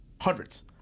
Hundreds